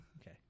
okay